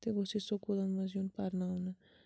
تہِ گوٚژھ یہِ سکوٗلَن منٛز یُن پَرناونہٕ